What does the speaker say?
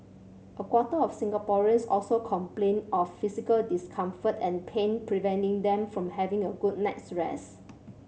a quarter of Singaporeans also complained of physical discomfort and pain preventing them from having a good night's rest